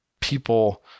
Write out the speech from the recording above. people